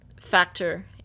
Factor